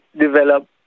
develop